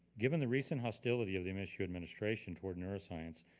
given the recent hostility of the msu administration towards neuroscience,